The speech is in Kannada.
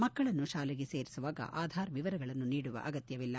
ಮಕ್ಕಳನ್ನು ಶಾಲೆಗೆ ಸೇರಿಸುವಾಗ ಆಧಾರ್ ವಿವರಗಳನ್ನು ನೀಡುವ ಅಗತ್ಯವಿಲ್ಲ